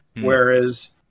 Whereas